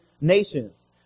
nations